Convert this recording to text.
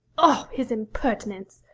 oh, his impertinence!